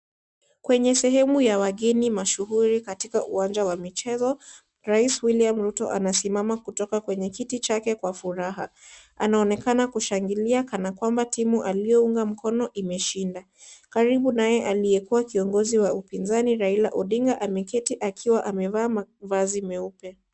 Kwenye sehemu ya wageni mashuhuri katika uwanja wa michezo rais William Ruto anasimama kutoka kwenye kiti chake kwa furaha, anaonekana kushangilia kana kwamba timu aliyounga mkono imeshinda, karibu naye aliyekua kiongozi wa upinzani Raila Odinga ameketi akiwa amevaa mavazi meupe.